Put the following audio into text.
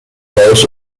powerhouse